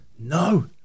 no